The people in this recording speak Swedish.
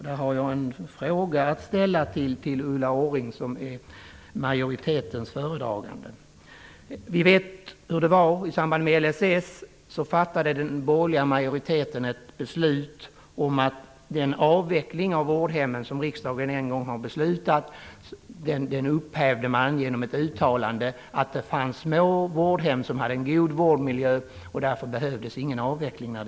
Jag har en fråga att ställa till Ulla Orring som är företrädare för majoriteten. Vi vet hur det var i samband med LSS. Då fattade den borgerliga majoriteten ett beslut angående det beslut riksdagen hade fattat om avveckling av vårdhem. Detta upphävdes genom ett uttalande om att det fanns små vårdhem som hade en god vårdmiljö och därför inte behövde avvecklas.